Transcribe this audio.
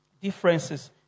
differences